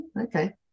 okay